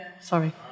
Sorry